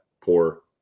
poor